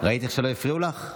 ראית איך שלא הפריעו לך?